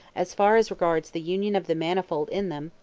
as far as regards the union of the manifold in them,